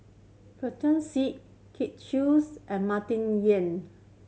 Pritam Singh Kin Chuis and Martin Yan